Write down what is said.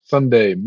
Sunday